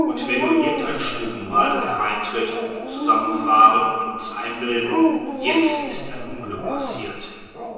und wenn nur irgendein stubenmadel hereintritt zusammenfahren und uns einbilden jetzt ist ein unglück passiert